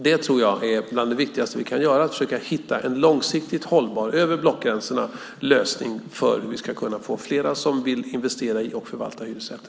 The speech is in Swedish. Jag tror att något av det viktigaste vi kan göra är att försöka hitta en över blockgränsen långsiktigt hållbar lösning så att vi kan få fler som vill investera i och förvalta hyresrätter.